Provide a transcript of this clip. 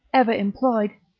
ever employed,